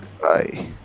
Bye